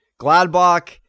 Gladbach